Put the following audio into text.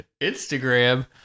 Instagram